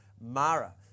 Mara